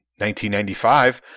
1995 –